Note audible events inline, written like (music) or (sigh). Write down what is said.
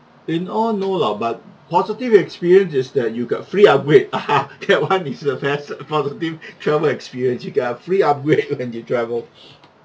in awe no lah but positive experience is that you got free upgrade ah ha (laughs) that one is a best positive travel experience you got a free upgrade when you travel (breath)